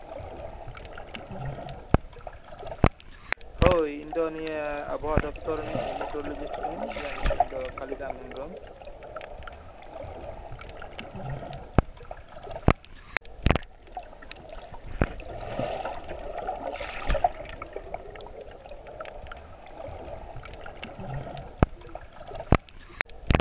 ᱦᱳᱭ ᱤᱧ ᱫᱚ ᱱᱤᱭᱟᱹ ᱟᱵᱚᱦᱟᱣᱟ ᱫᱚᱯᱛᱚᱨ ᱨᱤᱱᱤᱡ ᱢᱮᱴᱨᱳᱞᱚᱡᱤᱥᱴ ᱠᱟᱹᱱᱟᱹᱧ ᱤᱧᱟᱹᱜ ᱧᱩᱛᱩᱢ ᱫᱚ ᱠᱟᱞᱤᱨᱟᱢ ᱦᱮᱢᱵᱨᱚᱢ